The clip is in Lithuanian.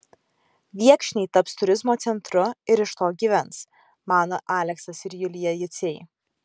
viekšniai taps turizmo centru ir iš to gyvens mano aleksas ir julija juciai